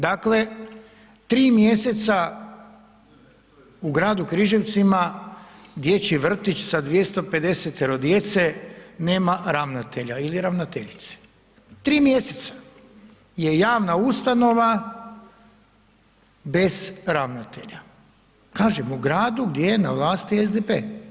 Dakle tri mjeseca u gradu Križevcima dječji vrtić sa 250 djece nema ravnatelja ili ravnateljice, tri mjeseca je javna ustanova bez ravnatelja, kažem u gradu gdje je na vlasti SDP.